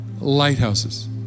Lighthouses